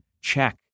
check